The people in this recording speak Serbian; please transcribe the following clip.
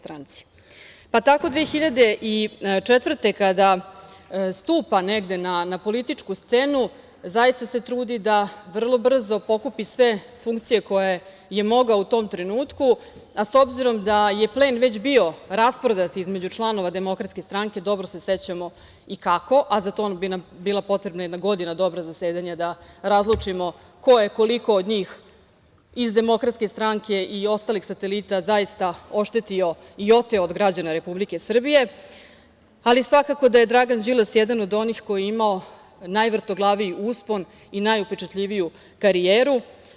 Tako 2004. godine kada stupa negde na političku scenu zaista se trudi da vrlo brzo pokupi sve funkcije koje je mogao u tom trenutku, a s obzirom da je plen već bio rasprodat između članova DS, dobro se sećamo i kako, a za to bi nam bila potrebna jedna godina dobra zasedanja da razlučimo ko je koliko od njih iz DS i ostalih satelita zaista i oteo od građana Republike Srbije, ali svakako da je Dragan Đilas jedan od onih koji je imao najvrtoglaviji uspon i najupečatljiviju karijeru.